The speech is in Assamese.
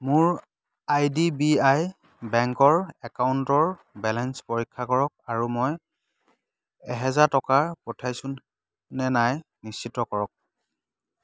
মোৰ আই ডি বি আই বেংকৰ একাউণ্টৰ বেলেঞ্চ পৰীক্ষা কৰক আৰু মই এহেজাৰ টকা পঠাইছোঁনে নাই নিশ্চিত কৰক